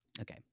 Okay